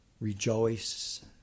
Rejoice